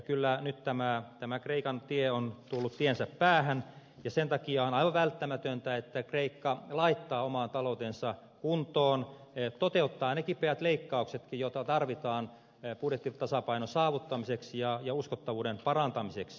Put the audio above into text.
kyllä nyt tämä kreikan tie on tullut tiensä päähän ja sen takia on aivan välttämätöntä että kreikka laittaa oman taloutensa kuntoon toteuttaa ne kipeät leikkauksetkin joita tarvitaan budjettitasapainon saavuttamiseksi ja uskottavuuden parantamiseksi